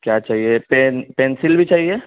کیا چاہیے pen pencil بھی چاہیے